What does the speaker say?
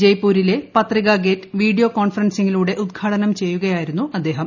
ജയ്പൂരിലെ Patrika gate video കോൺഫെറെൻസിങ്ങിലൂടെ ഉദ്ഘാടനം ചെയ്യുകയായിരുന്നു അദ്ദേഹം